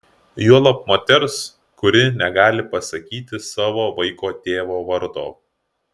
juolab moters kuri negali pasakyti savo vaiko tėvo vardo